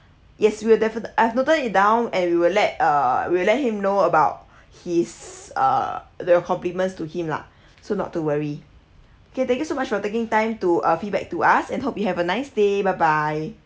yes we'll definitely I've noted it down and we will let err we will let him know about his uh there were compliments to him lah so not to worry okay thank you so much for taking time to uh feedback to us and hope you have a nice day bye bye